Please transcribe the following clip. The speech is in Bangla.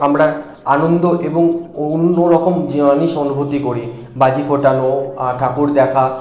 আমরা আনন্দ এবং অন্য রকম জীবনি শক্তি অনুভূতি করি বাজি ফাটানো ঠাকুর দেখা